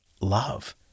love